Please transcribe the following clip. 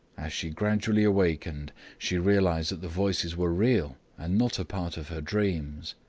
as she gradually awakened, she realized that the voices were real, and not a part of her dreams.